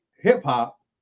hip-hop